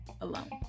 alone